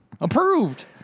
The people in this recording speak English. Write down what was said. Approved